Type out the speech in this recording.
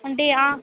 అంటే ఆ